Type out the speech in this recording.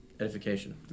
Edification